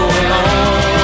alone